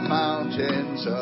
mountains